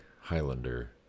Highlander